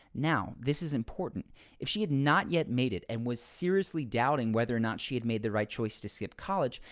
now, this is important if she had not yet made it and was seriously doubting whether or not she had made the right choice to skip college,